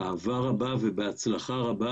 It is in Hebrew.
הזה באהבה רבה ובהצלחה רבה.